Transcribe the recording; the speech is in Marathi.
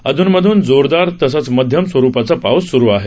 अधूनमधून जोरदार तसंच मध्यम स्वरुपाचा पाऊस सुरु आहे